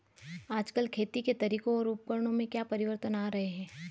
आजकल खेती के तरीकों और उपकरणों में क्या परिवर्तन आ रहें हैं?